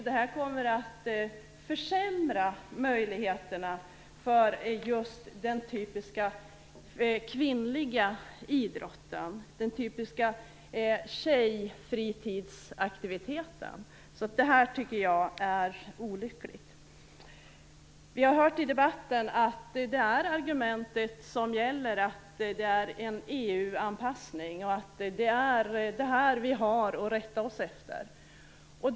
Det kommer att försämra möjligheterna för den typiskt kvinnliga idrotten, de typiska fritidsaktiviteterna för tjejer. Jag tycker att det är olyckligt. Vi har hört i debatten att det argument som gäller är att det är en EU-anpassning och att vi har att rätta oss efter det.